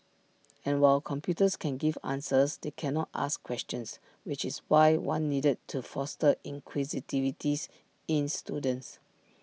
and while computers can give answers they cannot ask questions which is why one needed to foster inquisitiveness in students